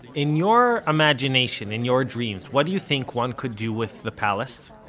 in your imagination, in your dreams what do you think one could do with the palace?